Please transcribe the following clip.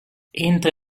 entra